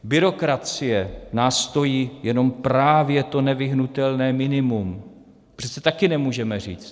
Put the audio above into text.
Byrokracie nás stojí jenom právě to nevyhnutelné minimum to přece taky nemůžeme říct.